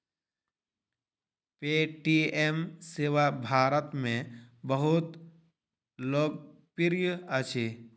Paytm सेवा भारत में बहुत लोकप्रिय अछि